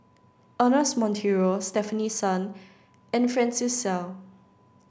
Ernest Monteiro Stefanie Sun and Francis Seow